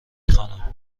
خوانم